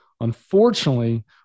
unfortunately